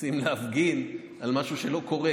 יוצאים להפגין על משהו שלא קורה.